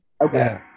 okay